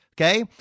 okay